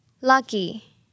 Lucky